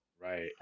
Right